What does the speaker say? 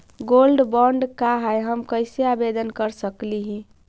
Gold bond का है, हम कैसे आवेदन कर सकली ही?